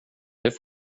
det